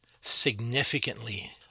significantly